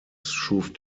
schuf